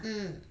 mm